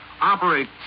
operate